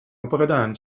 opowiadałam